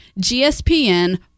GSPN